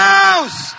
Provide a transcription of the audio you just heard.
house